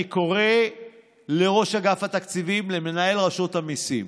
אני קורא לראש אגף התקציבים, למנהל רשות המיסים: